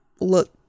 look